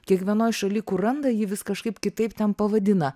kiekvienoj šaly kur randa jį vis kažkaip kitaip ten pavadina